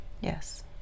Yes